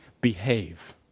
behave